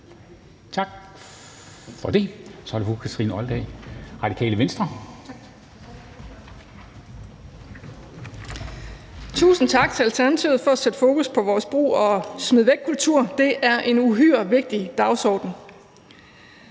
(Ordfører) Kathrine Olldag (RV): Tak. Tusind tak til Alternativet for at sætte fokus på vores brug og smid væk-kultur, det er en uhyre vigtig dagsorden.